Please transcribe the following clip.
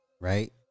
Right